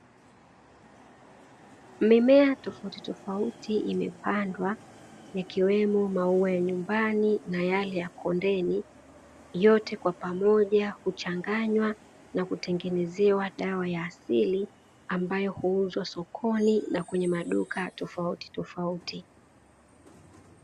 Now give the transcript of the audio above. Mimea tofautofauti imepandwa ikiwemo maua ya nyumbani na yale ya kondeni, yote kwa pamoja huchanganywa na kutengenezewa dawa ya asili ambayo huuzwa sokoni na kwenye maduka tofautitofauti.